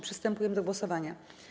Przystępujemy do głosowania.